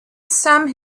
some